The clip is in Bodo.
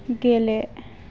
गेले